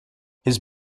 his